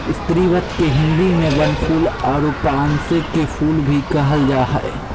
स्रीवत के हिंदी में बनफूल आरो पांसे के फुल भी कहल जा हइ